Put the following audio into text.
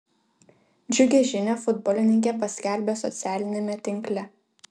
džiugią žinią futbolininkė paskelbė socialiniame tinkle